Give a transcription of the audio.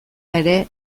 ere